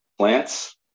Plants